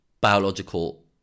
biological